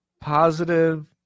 positive